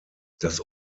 das